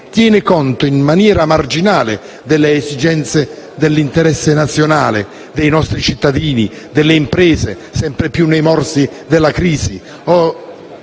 tiene conto in maniera marginale delle esigenze dell'interesse nazionale, dei nostri cittadini e delle imprese, sempre più nei morsi della crisi